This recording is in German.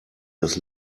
das